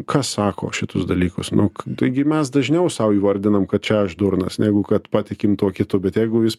kas sako šitus dalykus nu taigi mes dažniau sau įvardinam kad čia aš durnas negu kad patikim tuo kitu bet jeigu jis